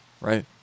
right